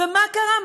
ומה קרה?